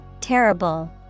Terrible